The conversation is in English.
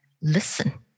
listen